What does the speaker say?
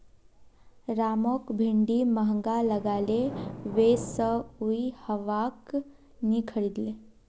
रामक भिंडी महंगा लागले वै स उइ वहाक नी खरीदले